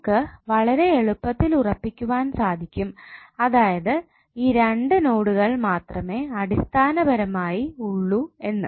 നമുക്ക് വളരെ എളുപ്പത്തിൽ ഉറപ്പിക്കുവാൻ സാധിക്കും അതായത് ഈ രണ്ട് നോഡുകൾ മാത്രമേ അടിസ്ഥാനപരമായി ഉള്ളൂ എന്ന്